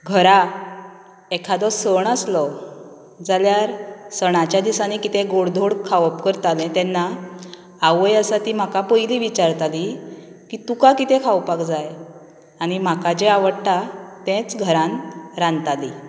घरा एखादो सण आसलो जाल्यार सणाच्या दिसांनी कितें गोड धोड खावप करताले तेन्ना आवय आसा ती म्हाका पयली विचारताली की तुका कितें खावपाक जाय आनी म्हाका जे आवडटा तेंच घरांत रांदताली